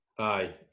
Aye